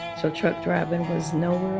so truck driving was nowhere